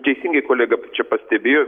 teisingai kolega čia pastebėjo